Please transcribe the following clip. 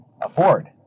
afford